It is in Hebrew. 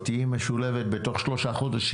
את תהיי משולבת בתוך שלושה חודשים.